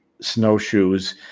snowshoes